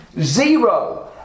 Zero